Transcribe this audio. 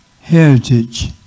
Heritage